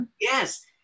yes